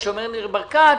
כפי שאומר ניר ברקת,